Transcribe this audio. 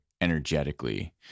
energetically